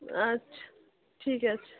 আচ্ছা ঠিক আছে